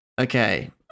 Okay